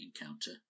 encounter